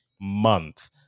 month